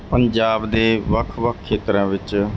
ਪੰਜਾਬ ਦੇ ਵੱਖ ਵੱਖ ਖੇਤਰਾਂ ਵਿੱਚ